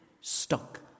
Stuck